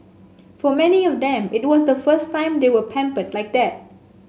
for many of them it was the first time they were pampered like that